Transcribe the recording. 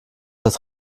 das